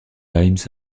times